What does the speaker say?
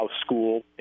School